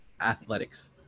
Athletics